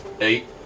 Eight